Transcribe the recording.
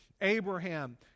Abraham